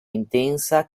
intensa